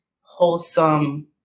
wholesome